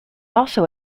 also